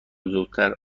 زودتر